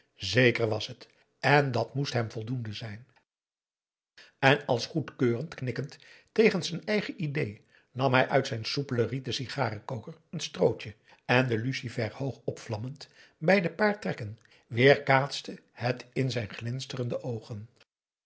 zeker was het en dat moest hem voldoende zijn en als goedkeurend knikkend tegen z'n eigen idée nam hij uit zijn soepelen rieten sigarenkoker een strootje en de lucifer hoog opvlammend bij de paar trekken weerkaatste hel in zijn glinsterende oogen